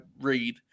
read